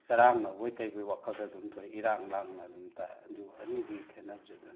ꯆꯔꯥꯡꯅꯕꯣꯏ ꯀꯩꯅꯣꯏ ꯋꯥꯈꯜꯗ ꯑꯗꯨꯝ ꯊꯣꯛꯑꯦ ꯏꯔꯥꯡ ꯂꯥꯡꯅ ꯑꯗꯨꯝ ꯇꯥꯏ ꯑꯗꯨ ꯑꯅꯤꯁꯤꯒꯤ ꯈꯦꯠꯅꯕꯁꯦ ꯑꯗꯨꯅꯤ